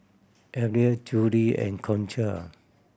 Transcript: Abdiel Judi and Concha